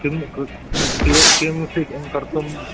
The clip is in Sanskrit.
किं किं स्वी कर्तुं